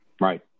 Right